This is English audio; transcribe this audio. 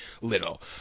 Little